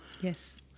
Yes